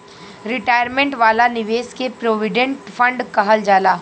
retirement वाला निवेश के प्रोविडेंट फण्ड कहल जाला